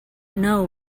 know